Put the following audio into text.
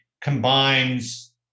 combines